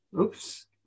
Oops